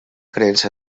creença